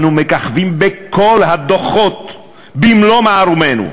אנו מככבים בכל הדוחות במלוא מערומינו: